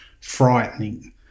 frightening